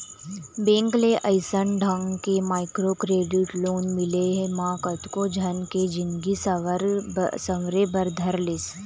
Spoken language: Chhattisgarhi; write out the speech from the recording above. बेंक ले अइसन ढंग के माइक्रो क्रेडिट लोन मिले म कतको झन के जिनगी सँवरे बर धर लिस